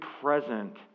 present